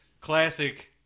classic